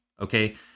Okay